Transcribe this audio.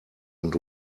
und